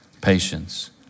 patience